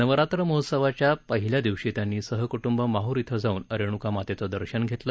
नवरात्र महोत्सवाच्या पहिल्या दिवशी त्यांनी सहकटुंब माहर इथं जाऊन रेण्कामातेचं दर्शन घेतलं